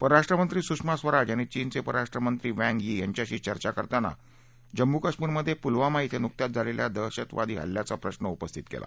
परराष्ट्रमंत्री सुषमा स्वराज यांनी चीनचे परराष्ट्रमंत्री व्यँग यी यांच्याशी चर्चा करताना जम्मू कश्मीरमध्ये पुलवामा ांड्रे नुकत्याच झालेल्या दहशतवादी हल्ल्याचा प्रश्न उपस्थित केला